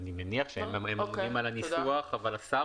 אני מניח שהם אמונים על הניסוח אבל השר